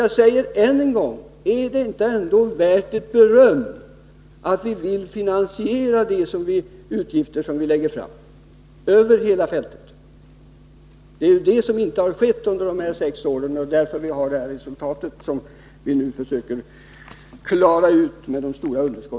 Jag säger än en gång: Är det inte ändå värt ett beröm att vi vill finansiera de utgifter som vi lägger fram förslag om, över hela fältet? Det är ju det som inte har skett under de gångna sex åren, och det är därför som vi har det här resultatet med de stora underskotten som vi nu försöker klara ut.